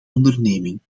onderneming